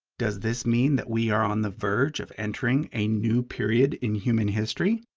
does this mean that we are on the verge of entering a new period in human history?